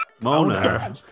Mona